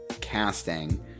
casting